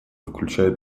включая